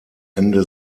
ende